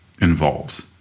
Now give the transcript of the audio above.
involves